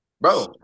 Bro